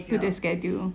to the schedule